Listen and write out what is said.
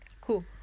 cool